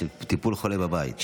של טיפול בחולה בבית.